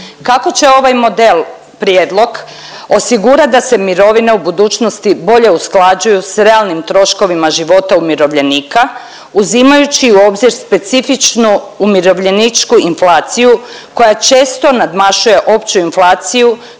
Kako će ovaj model, prijedlog osigurati da se mirovine u budućnosti bolje usklađuju s realnim troškovima života umirovljenika uzimajući u obzir specifičnu umirovljeničku inflaciju koja često nadmašuje opću inflaciju